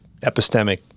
epistemic